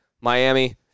Miami